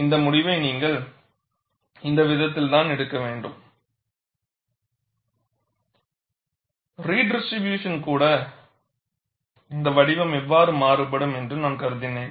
இந்த முடிவை நீங்கள் இந்த விதத்தில் தான் எடுக்க வேண்டும் ரிடிஸ்ட்ரிபியூஷன் கூட இந்த வடிவம் எவ்வாறு மாறுபடும் என்று நான் கருதுகிறேன்